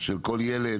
של כל ילד.